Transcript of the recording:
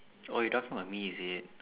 oh you of me is it